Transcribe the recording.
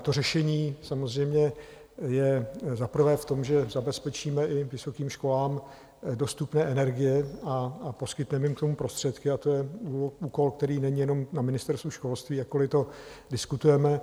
To řešení samozřejmě je za prvé v tom, že zabezpečíme i vysokým školám dostupné energie a poskytneme jim k tomu prostředky, a to je úkol, který není jenom na Ministerstvu školství, jakkoliv to diskutujeme.